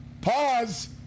pause